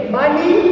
money